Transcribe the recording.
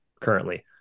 currently